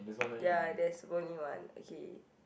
ya there's only one okay